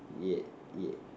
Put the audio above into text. yeah yeah